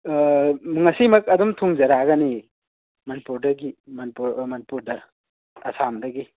ꯉꯁꯤꯃꯛ ꯑꯗꯨꯝ ꯊꯨꯡꯖꯔꯛꯑꯒꯅꯤ ꯃꯅꯤꯄꯨꯔꯗꯒꯤ ꯃꯅꯤꯄꯨꯔ ꯃꯅꯤꯄꯨꯔꯗ ꯑꯁꯥꯝꯗꯒꯤ